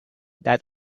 that